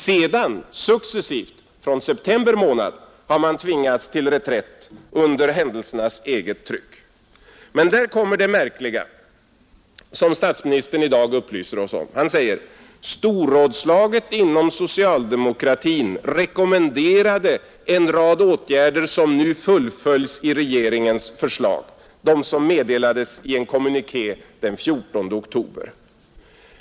Sedan, successivt, från september månad har man tvingats till reträtter under händelsernas eget tryck, Men därtill kommer det märkliga som statsministern i dag upplyser oss om. Han säger att storrådslaget inom socialdemokratin rekommenderade en rad åtgärder som nu fullföljs i regeringens förslag — de som meddelades i en kommuniké den 14 oktober.